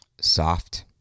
soft